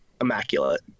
immaculate